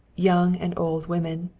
young and old women,